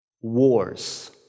wars